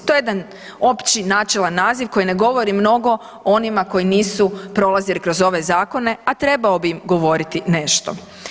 To je jedan opći načelan naziv koji ne govori mnogo o onima koji nisu prolazili kroz ove zakone a trebao bi im govoriti nešto.